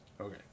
Okay